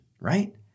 right